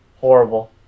Horrible